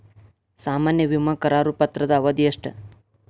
ಸಾಮಾನ್ಯ ವಿಮಾ ಕರಾರು ಪತ್ರದ ಅವಧಿ ಎಷ್ಟ?